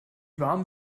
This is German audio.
warm